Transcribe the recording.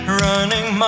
running